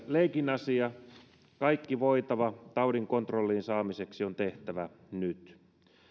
leikin asia kaikki voitava taudin kontrolliin saamiseksi on tehtävä nyt